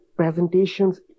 presentations